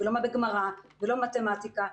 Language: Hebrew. לא בגמרא ולא במתמטיקה.